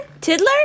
Tiddler